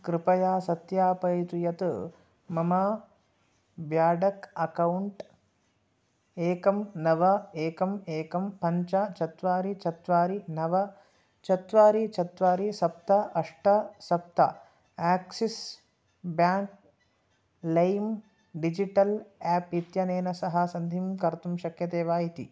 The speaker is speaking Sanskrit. कृपया सत्यापयितु यत् मम ब्याडक् अकौण्ट् एकं नव एकम् एकं पञ्च चत्वारि चत्वारि नव चत्वारि चत्वारि सप्त अष्ट सप्त आक्सिस् ब्याङ्क् लैं डिजिटल् एप् इत्यनेन सह सन्धिं कर्तुं शक्यते वा इति